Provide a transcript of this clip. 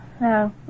No